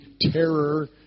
terror